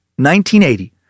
1980